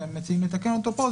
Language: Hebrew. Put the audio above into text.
שהם מציעים לתקן אותו פה,